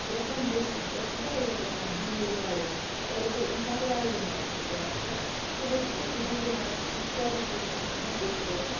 تھوڑا کَنجَسٹٕڈ تَتہِ چھُ واریاہ کیٚنہہ آسان بیٖڈ واریاہ تَتہِ اَگر اِنسان راوِ منٛز یا کینٛہہ سُہ ہیٚکہِ تٔتی گوٗگل میپَس منٛز پریٚزنٹ لوکیشَن وٕچھِتھ مےٚ کوٚت چھُ گژھُن